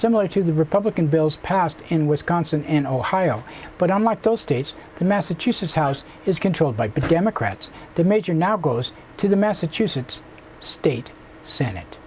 similar to the republican bills passed in wisconsin and ohio but unlike those states the massachusetts house is controlled by democrats the major now goes to the massachusetts state senate